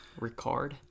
Ricard